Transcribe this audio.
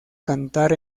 cantar